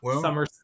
summer